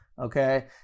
Okay